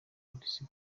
polisi